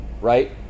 right